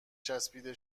چسبانده